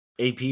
AP